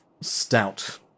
stout